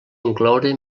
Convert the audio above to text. incloure